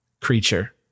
creature